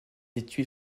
étuis